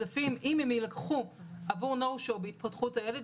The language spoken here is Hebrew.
אם כספים יילקחו עבור 'נו שואו' בהתפתחות הילד,